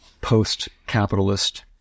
post-capitalist